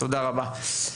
תודה רבה.